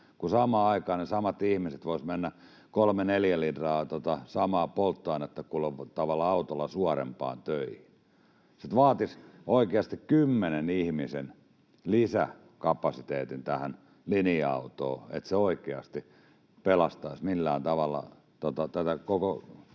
kun samaan aikaan ne samat ihmiset voisivat mennä 3—4 litraa samaa polttoainetta kuluttavalla autolla suorempaan töihin. Vaatisi oikeasti kymmenen ihmisen lisäkapasiteetin tähän linja-autoon, että se oikeasti pelastaisi millään tavalla tätä koko